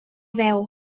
veu